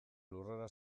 lurrera